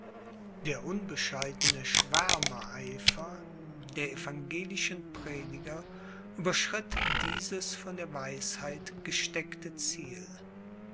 der unbescheidene schwärmereifer der evangelischen prediger überschritt dieses von der weisheit gesteckte ziel